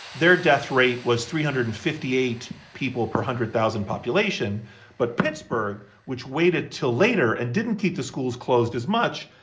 their death rate was three hundred and fifty eight people per one hundred thousand population. but pittsburgh, which waited till later and didn't keep the schools closed as much,